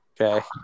Okay